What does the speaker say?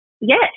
Yes